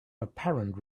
apparent